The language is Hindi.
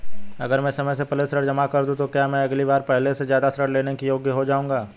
अगर मैं समय से पहले ऋण जमा कर दूं तो क्या मैं अगली बार पहले से ज़्यादा ऋण लेने के योग्य हो जाऊँगा?